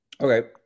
Okay